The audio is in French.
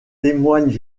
témoignent